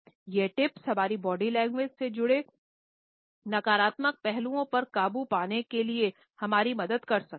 ये टिप्स हमारी body language से जुड़े नकारात्मक पहलुओं पर काबू पाने में हमारी मदद कर सकते हैं